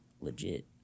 Legit